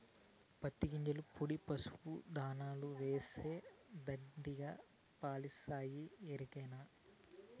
పత్తి గింజల పొడి పసుపు దాణాల ఏస్తే దండిగా పాలిస్తాయి ఎరికనా